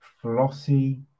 Flossy